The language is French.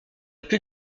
plus